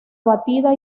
batida